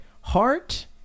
heart